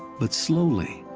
but slowly,